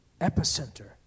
epicenter